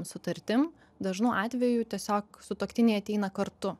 sutartim dažnu atveju tiesiog sutuoktiniai ateina kartu